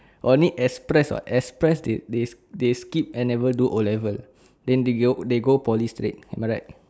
only express [what] express they they they skip N level do O level then they go they go poly straight am I right